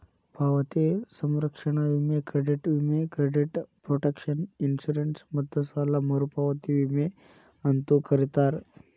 ಪಾವತಿ ಸಂರಕ್ಷಣಾ ವಿಮೆ ಕ್ರೆಡಿಟ್ ವಿಮೆ ಕ್ರೆಡಿಟ್ ಪ್ರೊಟೆಕ್ಷನ್ ಇನ್ಶೂರೆನ್ಸ್ ಮತ್ತ ಸಾಲ ಮರುಪಾವತಿ ವಿಮೆ ಅಂತೂ ಕರೇತಾರ